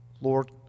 Lord